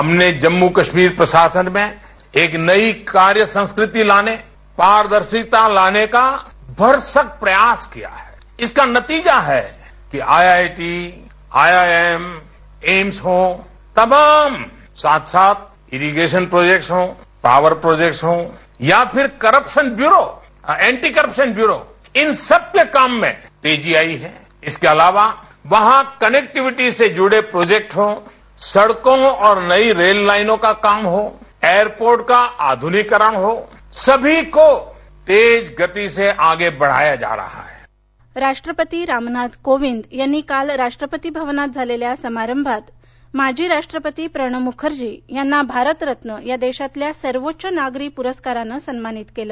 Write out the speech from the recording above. हमने जम्मू काश्मिर प्रशासन में एक नई कार्यसंकृती लाने पारदर्शकता लाने भरसक्त प्रयास किया हैं इसका नतिजा है के आय आय ीं आय आय एम एम्स हो तमाम साथ साथ एरिगेशन प्रोजेक्हो पॉवर प्रोजेक्हो या फिर करप्शन ब्युरो हो ऍन्टि करप्शन ब्युरो इन सबके काम में तेजी आई हैं ईसके अलावा वहॉ कनेकि डेहीी से जूडे प्रॉजेक् हो सडको और नई रेल लाईनो का काम हो एअरपो का आध्निकीकरण हो सभी को तेज गतीसे आगे बढाया जा रहा हें भारत रत्न राष्ट्रपती रामनाथ कोविंद यांनी काल राष्ट्रपती भवनात झालेल्या समारंभात माजी राष्ट्रपती प्रणव मुखर्जी यांना भारत रत्न या देशातल्या सर्वोच्च नागरी पुरस्कारानं सन्मानित केलं